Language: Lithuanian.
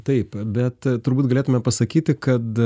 taip bet turbūt galėtume pasakyti kad